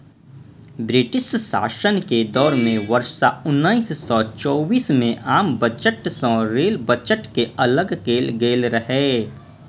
British शासन के दौर मे वर्ष उन्नैस सय चौबीस मे आम बजट सं रेल बजट कें अलग कैल गेल रहै